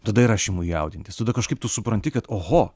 tada ir aš imu jaudintis tada kažkaip tu supranti kad oho